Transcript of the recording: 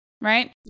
right